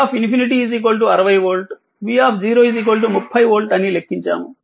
v∞ 60 volt v 30 volt అని లెక్కించాము